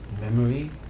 memory